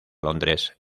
londres